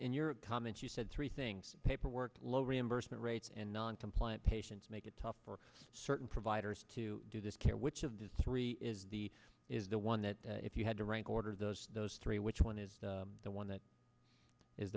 in your comment you said three things paperwork low reimbursement rates and non compliant patients make it tough for certain providers to do this care which of the three is the is the one that if you had to rank order those those three which one is the one that is